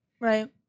Right